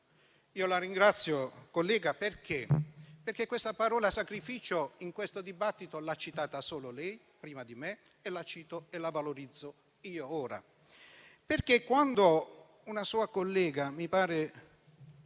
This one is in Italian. io. La ringrazio, collega Zampa, perché la parola sacrificio in questo dibattito l'ha citata solo lei, prima di me. La cito e la valorizzo io, ora, perché, quando una sua collega - mi pare